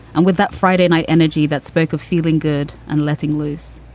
and with that friday night energy that spoke of feeling good and letting loose.